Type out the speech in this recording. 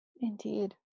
Indeed